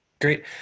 Great